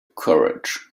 courage